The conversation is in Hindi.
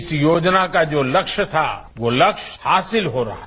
इस योजना का जो लक्ष्य था वो लक्ष्य हासिल हो रहा है